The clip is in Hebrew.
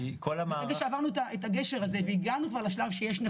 ברגע שעברנו את הגשר הזה והגענו כבר לשלב של נכות?